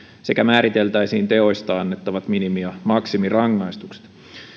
sekä määriteltäisiin teoista annettavat minimi ja maksimirangaistukset